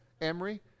Emory